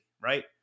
right